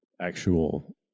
actual